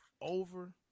over